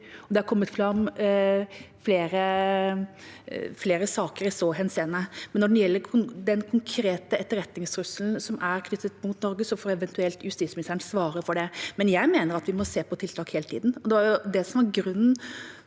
det er kommet fram flere saker i så henseende – men når det gjelder den konkrete etterretningstrusselen som er rettet mot Norge, får eventuelt justisministeren svare for det. Jeg mener at vi må se på tiltak hele tida,